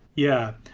yeah.